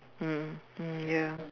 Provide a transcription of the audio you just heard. mm mm ya